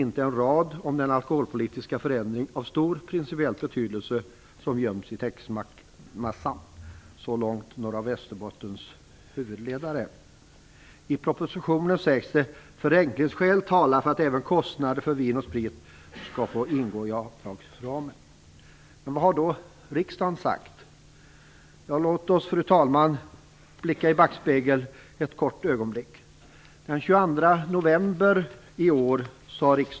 Inte en rad om den alkoholpolitiska förändring av stor principiell betydelse som göms i textmassan." I propositionen framhålls att förenklingsskäl talar för att även kostnader för vin och sprit skall få ingå i avtalsramen. Vad har då riksdagen sagt? Låt oss, fru talman, blicka i backspegeln ett kort ögonblick.